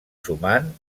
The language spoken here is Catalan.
sumant